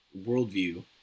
worldview